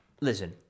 listen